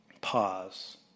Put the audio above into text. pause